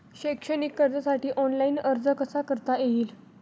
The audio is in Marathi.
शैक्षणिक कर्जासाठी ऑनलाईन अर्ज कसा करता येईल?